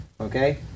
okay